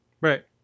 Right